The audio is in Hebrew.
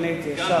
עניתי, השבתי.